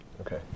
Okay